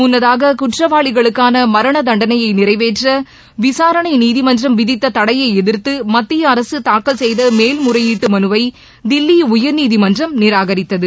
முன்னதாக குற்றவாளிகளுக்கான மரணதண்டணையை நிறைவேற்ற விசாரணை நீதிமன்றம் விதித்த தடையை எதிர்த்து மத்திய அரசு தாக்கல் செய்த மேல்முறையீட்டு மனுவை தில்லி உயர்நீதிமன்றம் நிராகரித்தது